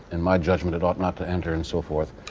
in my judgment, it ought not to enter and so forth.